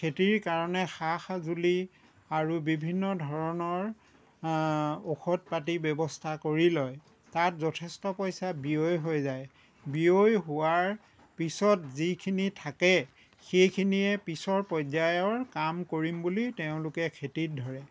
খেতিৰ কাৰণে সা সজুলি আৰু বিভিন্ন ধৰণৰ ঔষধ পাতিৰ ব্যৱস্থা কৰি লয় তাত যথেষ্ট পইচা ব্যয় হৈ যায় ব্যয় হোৱাৰ পিছত যিখিনি থাকে সেইখিনিয়ে পিছৰ পৰ্যায়্যৰ কাম কৰিম বুলি তেওঁলোকে খেতিত ধৰে